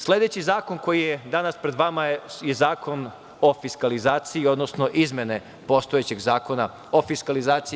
Sledeći zakon koji je danas pred vama je Zakon o fiskalizaciji, odnosno izmene postojećeg Zakona o fiskalizaciji.